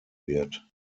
wird